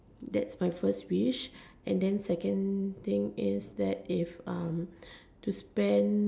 that's my first wish and then second thing is that if um to spend